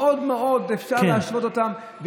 מאוד מאוד, אפשר להשוות אותם.